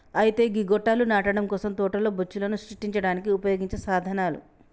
అయితే గీ గొట్టాలు నాటడం కోసం తోటలో బొచ్చులను సృష్టించడానికి ఉపయోగించే సాధనాలు